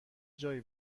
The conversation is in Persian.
جایی